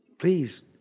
Please